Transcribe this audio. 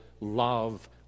love